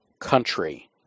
country